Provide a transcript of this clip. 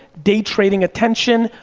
day trading attention,